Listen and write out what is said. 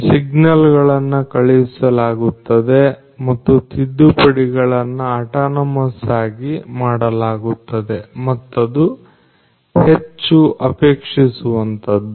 signals ಗಳನ್ನು ಕಳುಹಿಸಲಾಗುತ್ತದೆ ಮತ್ತು ತಿದ್ದುಪಡಿಗಳನ್ನು ಆಟಾನಮಸ್ ಆಗಿ ಮಾಡಲಾಗುತ್ತದೆ ಮತ್ತದು ಹೆಚ್ಚು ಅಪೇಕ್ಷಿಸುವಂತಹದ್ದು